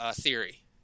theory